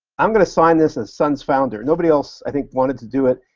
i'm gonna sign this as sun's founder. nobody else, i think, wanted to do it.